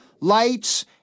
lights